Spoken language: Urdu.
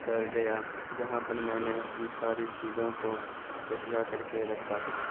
پر گیا جہاں پر میں نے ان ساری چیزوں کو یکجا کر کے رکھا تھا